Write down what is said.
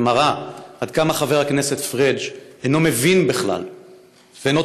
ומראה עד כמה חבר הכנסת פריג' אינו מבין בכלל ואינו